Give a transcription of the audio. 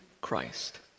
Christ